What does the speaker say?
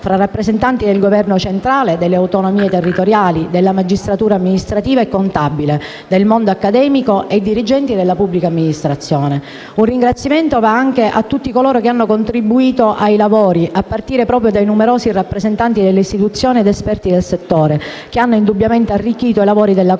Un ringraziamento va anche a tutti coloro che hanno contribuito ai lavori, a partire proprio dai numerosi rappresentanti delle istituzioni ed esperti del settore, che hanno indubbiamente arricchito i lavori della Commissione